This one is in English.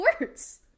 words